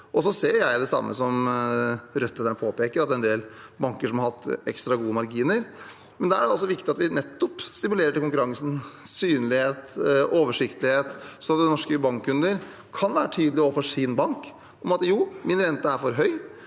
Så ser jeg det samme som Rødt-lederen påpeker, at en del banker har hatt ekstra gode marginer, men det er viktig at vi nettopp stimulerer til konkurranse, synlighet, oversiktlighet, slik at de norske bankkundene kan være tydelige overfor sin bank og si enten at jo, renten er for høy,